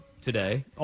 today